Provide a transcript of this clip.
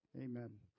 Amen